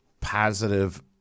positive